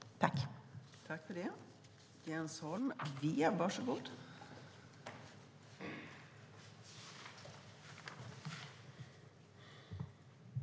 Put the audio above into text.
Då Eva Olofsson, som framställt interpellationen, anmält att hon var förhindrad att närvara vid sammanträdet medgav förste vice talmannen att Jens Holm i stället fick delta i överläggningen.